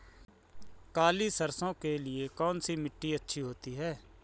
काली सरसो के लिए कौन सी मिट्टी अच्छी होती है?